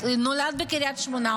נולד בקריית שמונה.